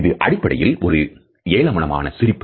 இது அடிப்படையில் ஒரு ஏளனமான சிரிப்பு